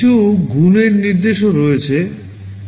কিছু গুণের নির্দেশও রয়েছে